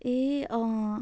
ए अँ